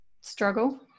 struggle